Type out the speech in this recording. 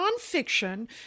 nonfiction